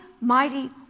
mighty